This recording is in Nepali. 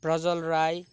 प्रज्ज्वल राई